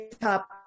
top